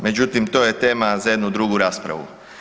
Međutim, to je tema za jednu drugu raspravu.